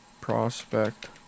prospect